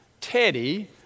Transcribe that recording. Teddy